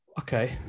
okay